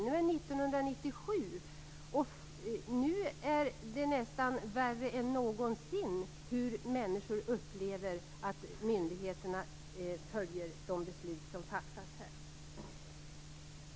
Nu är det 1997, och det är nästan värre än någonsin när det gäller hur människor upplever att myndigheterna följer de beslut som fattas här.